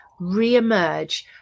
reemerge